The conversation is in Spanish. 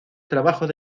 trabajos